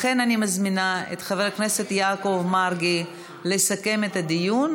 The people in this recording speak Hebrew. לכן אני מזמינה את חבר הכנסת יעקב מרגי לסכם את הדיון,